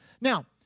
Now